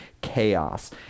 chaos